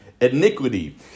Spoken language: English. iniquity